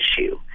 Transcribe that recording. issue